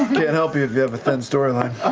can't help you if you have a thin storyline.